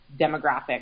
demographic